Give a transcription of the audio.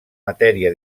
matèria